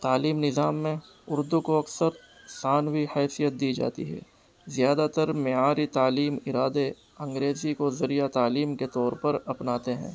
تعلیم نظام میں اردو کو اکثر ثانوی حیثیت دی جاتی ہے زیادہ تر معیاری تعلیم ارادے انگریزی کو ذریعہ تعلیم کے طور پر اپناتے ہیں